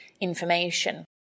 information